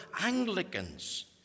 Anglicans